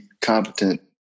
competent